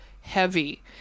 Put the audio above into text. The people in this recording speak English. heavy